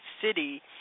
city